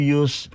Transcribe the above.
use